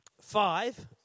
five